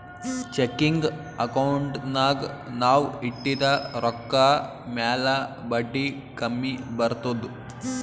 checking ಅಕೌಂಟ್ನಾಗ್ ನಾವ್ ಇಟ್ಟಿದ ರೊಕ್ಕಾ ಮ್ಯಾಲ ಬಡ್ಡಿ ಕಮ್ಮಿ ಬರ್ತುದ್